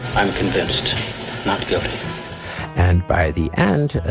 i'm convinced not guilty and by the end, ah